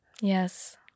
Yes